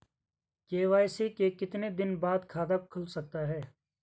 KYC के कितने दिन बाद खाता खुल सकता है?